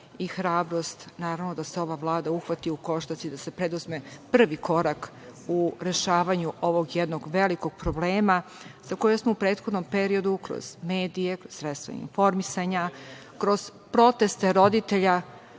i hrabrost. Naravno, da se ova Vlada uhvati u koštac i da se preduzme prvi korak u rešavanju ovog jednog velikog problema, za koje smo u prethodnom periodu, kroz medije, kroz sredstva informisanja, kroz proteste roditelja,